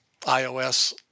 iOS